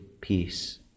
peace